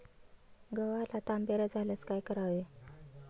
गव्हाला तांबेरा झाल्यास काय करावे?